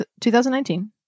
2019